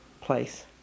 place